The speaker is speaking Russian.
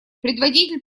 предводитель